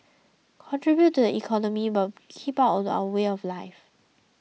contribute to the economy but keep out of our way of life